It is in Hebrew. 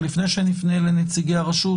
אבל לפני שנפנה לנציגי הרשות,